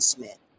Smith